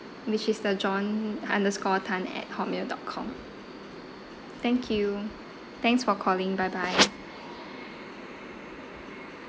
which is the john underscore tan at hotmail dot com thank you thanks for calling bye bye